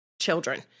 children